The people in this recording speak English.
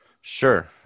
sure